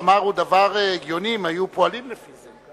דבר הגיוני, אם היו פועלים לפי זה.